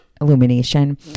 illumination